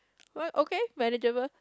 what okay manageable